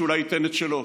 שאולי ייתן את שלו.